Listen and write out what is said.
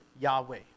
Yahweh